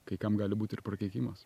kai kam gali būt ir prakeikimas